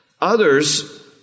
Others